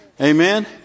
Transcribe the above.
Amen